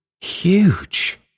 Huge